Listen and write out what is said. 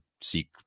seek